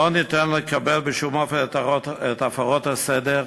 אי-אפשר לקבל בשום אופן את הפרות הסדר,